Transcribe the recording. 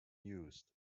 used